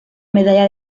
medalla